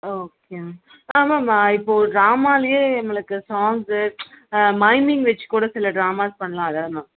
okay ma'am ma'am இப்போது ட்ராமாலியே எங்களுக்கு சாங்க்ஸு மைமிங் வெச்சு கூட சில ட்ராமாஸ் பண்ணலால்ல மேம்